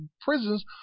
prisons